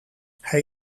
hij